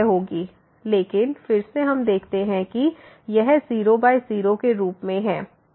2x2xx x23x sin x लेकिन फिर से हम देखते हैं कि यह 00 के रूप में है